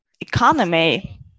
economy